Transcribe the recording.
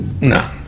no